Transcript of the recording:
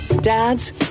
Dads